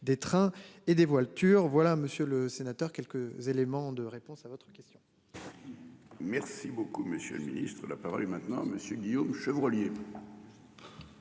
des trains et dévoile voilà monsieur le sénateur. Quelques éléments de réponse à votre question.-- Merci beaucoup monsieur le Ministre, la parole est maintenant Monsieur Guillaume Chevrollier.--